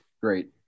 great